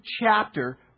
chapter